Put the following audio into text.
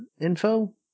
info